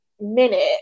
minute